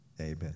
Amen